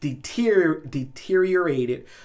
deteriorated